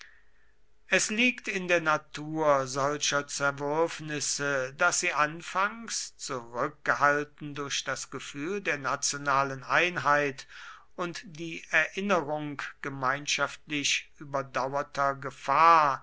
es liegt in der natur solcher zerwürfnisse daß sie anfangs zurückgehalten durch das gefühl der nationalen einheit und die erinnerung gemeinschaftlich überdauerter gefahr